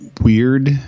weird